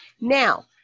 Now